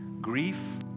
Grief